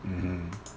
mm